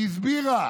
היא הסבירה